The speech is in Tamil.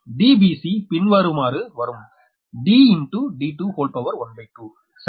Dbc பின்வருமாறு வரும் 12 சரி